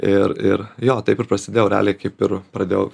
ir ir jo taip ir prasidėjau realiai kaip ir pradėjau